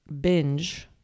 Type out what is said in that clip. binge